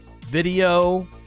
Video